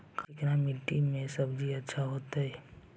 का चिकना मट्टी में सब्जी अच्छा होतै?